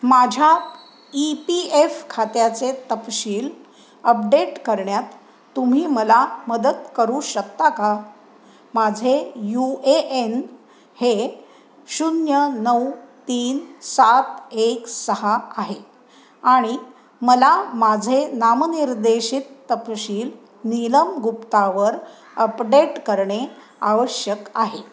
माझ्या E P F खात्याचे तपशील अपडेट करण्यात तुम्ही मला मदत करू शकता का माझे यू ए एन हे शून्य नऊ तीन सात एक सहा आहे आणि मला माझे नामनिर्देशित तपशील नीलम गुप्तावर अपडेट करणे आवश्यक आहे